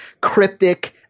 cryptic